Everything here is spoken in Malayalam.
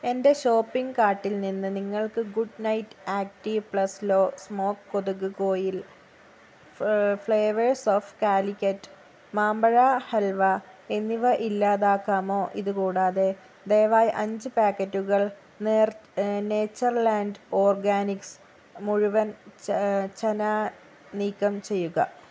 എന്റെ ഷോപ്പിംഗ് കാർട്ടിൽ നിന്ന് നിങ്ങൾക്ക് good night active plus low smoke കൊതുക് കോയിൽ ഫ്ലേവേഴ്സ് ഓഫ് കാലിക്കറ്റ് മാമ്പഴ ഹൽവ എന്നിവ ഇല്ലാതാക്കാമോ ഇത് കൂടാതെ ദയവായി അഞ്ച് പാക്കറ്റുകൾ നേച്ചർ ലാൻഡ് ഓർഗാനിക്സ് മുഴുവൻ ചനാ നീക്കം ചെയ്യുക